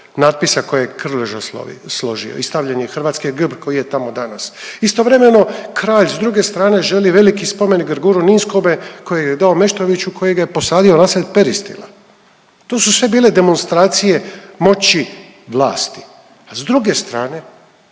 natpisa kojeg je Krleža složio i stavljen je hrvatski grb koji je tamo danas. Istovremeno kralj s druge strane želi veliki spomenik Grguru Ninskome kojega je dao Meštroviću koji ga je posadio nasred Peristila. To su sve bile demonstracije moći vlasti, a s druge strane